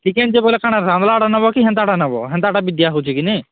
chicken ଯେ ବୋଇଲ କାଣ ଗାମଲାଟା ନବ କି ହେନ୍ତାଟା ନେବ ହେନ୍ତାଟା ବି ଦିଆ ହେଉଛି କି ନେଇଁ